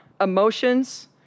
emotions